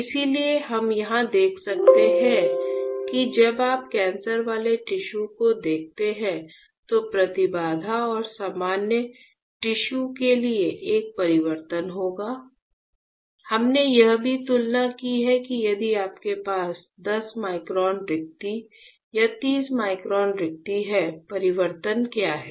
इसलिए हम यहां देख सकते हैं कि जब आप कैंसर वाले टिश्यू को देखते हैं तो प्रतिबाधा और सामान्य टिश्यू के लिए एक परिवर्तन होता है हमने यह भी तुलना की है कि यदि आपके पास 10 माइक्रोन रिक्ति या 30 माइक्रोन रिक्ति है परिवर्तन क्या है